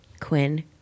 Quinn